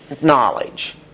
knowledge